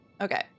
Okay